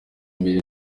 mbere